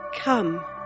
come